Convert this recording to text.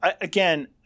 Again